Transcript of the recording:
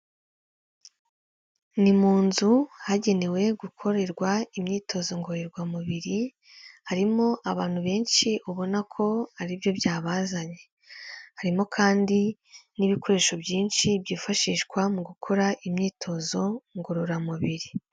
Ni mu nzu hagenewe gukorerwa imyitozo ngororamubiri, harimo abantu benshi ubona ko aribyo byabazanye, harimo kandi n'ibikoresho byinshi byifashishwa mu gukora imyitozo ngororamubiri.